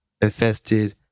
infested